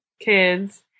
kids